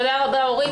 תודה רבה, אורית.